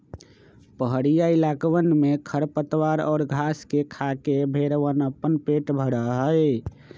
पहड़ीया इलाकवन में खरपतवार और घास के खाके भेंड़वन अपन पेट भरा हई